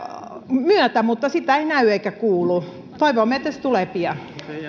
myötä mutta sitä ei näy eikä kuulu toivomme että se tulee pian